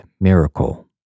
miracle